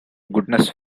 goodness